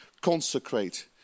consecrate